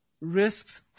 risks